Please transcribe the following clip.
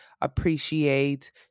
appreciate